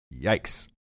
Yikes